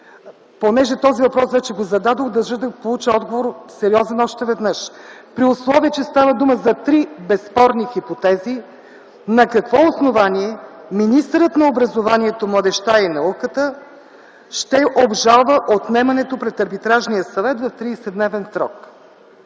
понеже този въпрос вече го зададох, държа да получа сериозен отговор още веднъж: при условие, че става дума за три безспорни хипотези, на какво основание министърът на образованието, младежта и науката ще обжалва отнемането пред Арбитражния съвет в 30-дневен срок?